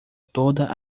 toda